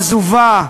עזובה,